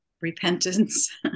repentance